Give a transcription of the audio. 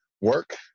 work